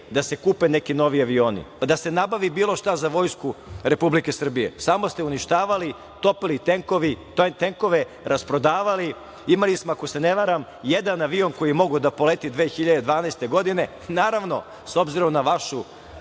da se kupe neki novi avioni, da se nabavi bilo šta za Vojsku Republike Srbije. Samo ste uništavali, topili tenkove, rasprodavali. Imali smo, ako se ne varam, jedan avion koji je mogao da poleti 2012. godine. Naravno, s obzirom na vašu